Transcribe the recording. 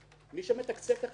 מי שמתקצב את החטיבה להתיישבות,